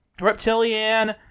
Reptilian